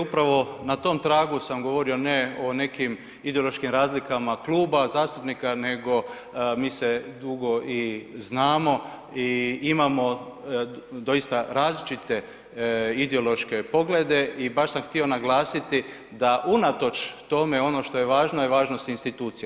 Upravo na tom tragu sam govorio ne o nekim ideološkim razlikama kluba zastupnika nego mi se dugo i znamo i imamo doista različite ideološke poglede i baš sam htio naglasiti da unatoč tome ono što je važno je važnost institucija.